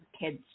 kids